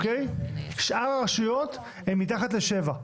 שאר הרשויות הן מתחת ל-7,